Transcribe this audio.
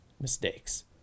mistakes